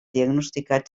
diagnosticat